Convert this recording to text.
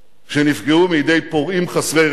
שנפגעו מידי פורעים חסרי רסן.